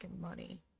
money